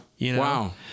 Wow